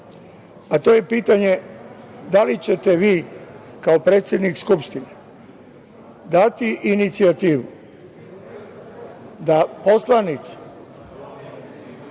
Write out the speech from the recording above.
a to je pitanje da li ćete vi kao predsednik Skupštine dati inicijativu da poslanici